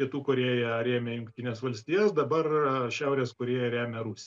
pietų korėja rėmė jungtines valstijas dabar šiaurės korėja remia rusiją